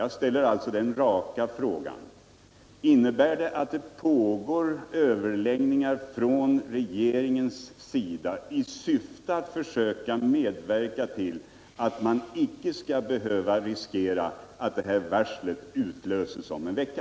Jag ställer då en rak fråga: Innebär det att regeringen deltar i överläggningar i syfte att försöka medverka till att detta varsel inte skall behöva utlösas om en vecka?